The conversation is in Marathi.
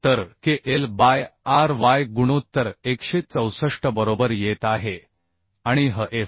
तर KL बाय Ry गुणोत्तर 164 बरोबर येत आहे आणि Hf